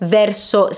verso